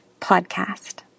podcast